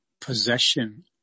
possession